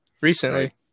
Recently